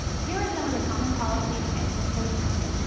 here are some of the common policies and expectations.